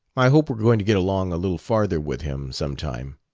i hope we're going to get along a little farther with him, some time.